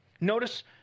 Notice